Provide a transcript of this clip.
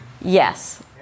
Yes